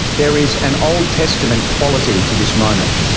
there is an old testament quality to this moment,